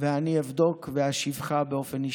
ואני אבדוק ואשיבך באופן אישי.